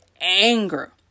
anger